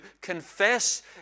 confess